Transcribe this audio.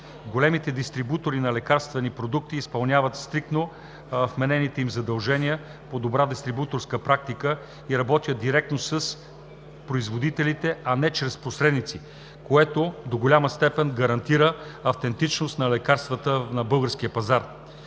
Големите дистрибутори на лекарствени продукти изпълняват стриктно вменените им задължения по добра дистрибуторска практика и работят директно с производителите, а не чрез посредници, което до голяма степен гарантира автентичност на лекарствата на българския пазар.